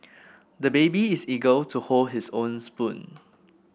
the baby is eager to hold his own spoon